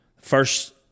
First